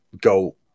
go